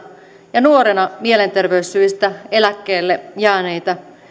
ja nuorena mielenterveyssyistä eläkkeelle jääneitä